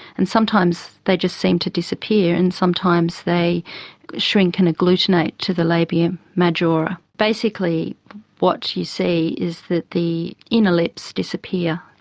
and sometimes they just seem to disappear, and sometimes they shrink and agglutinate to the labia majora. basically what you see is that the inner lips disappear.